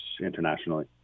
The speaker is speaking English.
internationally